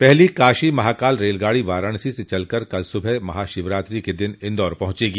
पहली काशी महाकाल रेलगाड़ी वाराणसी से चलकर कल सुबह महाशिवरात्रि के दिन इंदौर पहुंचेगी